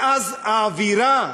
ואז האווירה,